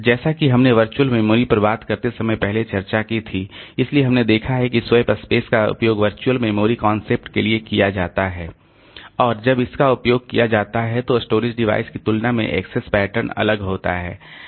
जैसा कि हमने वर्चुअल मेमोरी पर बात करते समय पहले चर्चा की थी इसलिए हमने देखा है कि स्वैप स्पेस का उपयोग वर्चुअल मेमोरी कॉन्सेप्ट के लिए किया जाता है और जब इसका उपयोग किया जाता है तो स्टोरेज डिवाइस की तुलना में एक्सेस पैटर्न अलग होता है